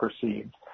perceived